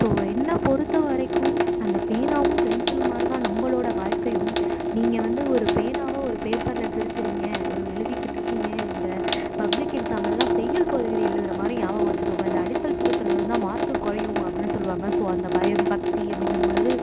so என்னை பொறுத்த வரைக்கும் அந்த பேனாவும் பென்சிலும் மாதிரி தான் நம்பளோடய வாழ்க்கையும் நீங்கள் வந்து ஒரு பேனாவோ ஒரு பேப்பரில் திருத்திருங்க ஒரு எழுதிக்கிட்டிருக்கிங்க இந்த பப்ளிக் எக்ஸாம்மெல்லாம் செய்யுள் பகுதியில் எழுதுகிற மாதிரி ஞாபகம் வெச்சுக்கோங்க இந்த அடித்தல் திருத்தல் இருந்தால் மார்க்கு குறையும் அப்படின் சொல்லுவாங்க ஸோ அந்த பயம் பக்தி அப்படிங்கம்பொழுது